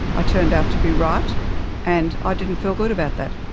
i turned out to be right and i didn't feel good about that.